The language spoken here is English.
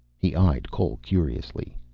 he eyed cole curiously.